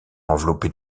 enveloppé